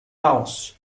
aus